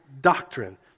doctrine